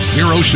Zero